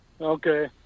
Okay